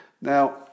Now